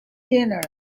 dinner